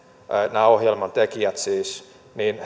nämä ohjelman tekijät siis